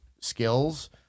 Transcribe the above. skills